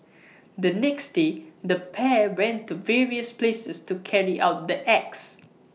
the next day the pair went to various places to carry out the acts